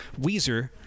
Weezer